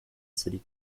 city